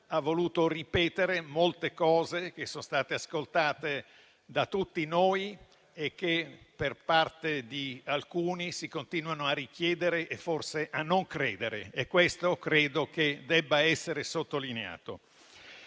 ha voluto ripetere molte cose che sono state ascoltate da tutti noi e che, per parte di alcuni, si continuano a richiedere e forse a non credere; e questo credo che debba essere sottolineato.